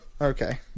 Okay